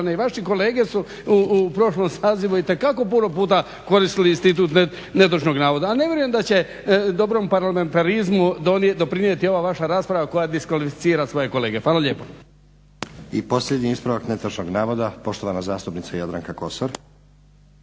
I posljednji ispravak netočnog navoda, poštovana zastupnica Jadranka Kosor.